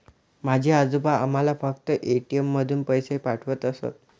माझे आजोबा आम्हाला फक्त ए.टी.एम मधून पैसे पाठवत असत